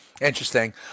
Interesting